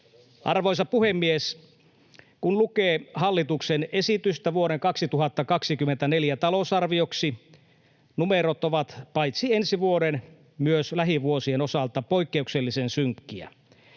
Arvoisa puhemies! Kun lukee hallituksen esitystä vuoden 2024 talousarvioksi, numerot ovat paitsi ensi vuoden myös lähivuosien osalta poikkeuksellisen synkkiä.